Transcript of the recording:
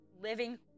Living